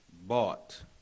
bought